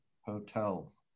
hotels